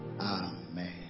amen